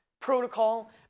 protocol